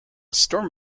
storm